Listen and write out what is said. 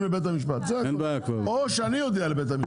לבית המשפט או שאני אודיע לבית המשפט.